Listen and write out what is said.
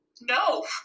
No